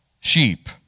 sheep